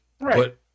Right